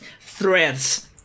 threads